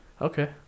Okay